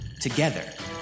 Together